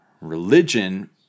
religion